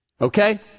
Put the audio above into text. okay